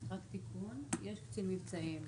רק תיקון, יש קצין מבצעים.